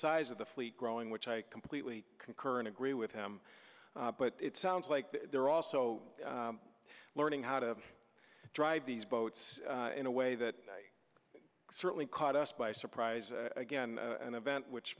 size of the fleet growing which i completely concur and agree with him but it sounds like they're also learning how to drive these boats in a way that certainly caught us by surprise again an event which